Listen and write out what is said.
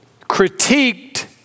critiqued